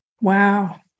wow